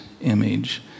image